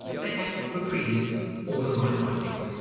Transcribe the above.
they had reprised all of my findings.